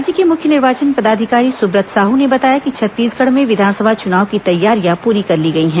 राज्य के मुख्य निर्वाचन पदाधिकारी सुब्रत साहू ने बताया कि छत्तीसगढ़ में विधानसभा चुनाव की तैयारियां पूरी कर ली गई हैं